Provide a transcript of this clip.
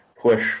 push